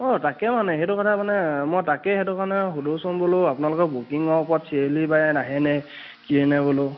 অঁ তাকে মানে সেইটো কথা মানে মই তাকেই সেইটো কাৰণে সোধোচোন বোলো আপোনালোকৰ বুকিঙৰ ওপৰত চিৰিয়েলি বাই নাহেনে কিয়েনে বোলো